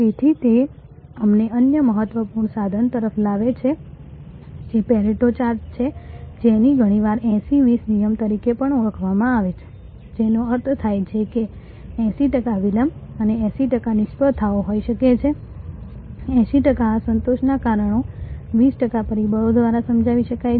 તેથી તે અમને અન્ય મહત્વપૂર્ણ સાધન તરફ લાવે છે જે પેરેટો ચાર્ટ છે જેને ઘણીવાર 80 20 નિયમ તરીકે પણ ઓળખવામાં આવે છે જેનો અર્થ થાય છે કે 80 ટકા વિલંબ એ 80 ટકા નિષ્ફળતાઓ હોઈ શકે છે 80 ટકા અસંતોષના કારણો 20 ટકા પરિબળો દ્વારા સમજાવી શકાય છે